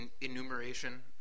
enumeration